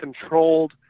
controlled